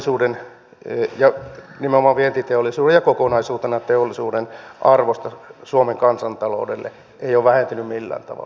minun ajattelussani nimenomaan vientiteollisuuden ja kokonaisuutena teollisuuden arvo suomen kansantaloudelle ei ole vähentynyt millään tavalla